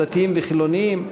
דתיים וחילונים.